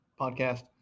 podcast